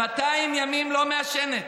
200 ימים לא מעשנת,